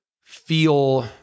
feel